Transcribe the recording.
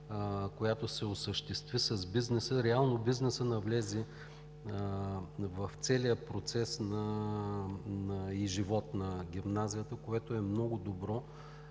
която се осъществи с бизнеса, реално бизнесът навлезе в целия процес и живот на гимназията, което е много добро